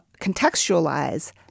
contextualize